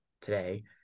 today